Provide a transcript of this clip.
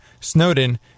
Snowden